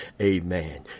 amen